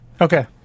Okay